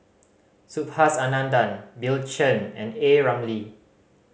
Subhas Anandan Bill Chen and A Ramli